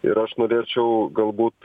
ir aš norėčiau galbūt